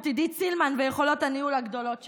עידית סילמן ויכולות הניהול הגדולות שלה,